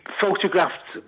photographed